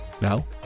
Now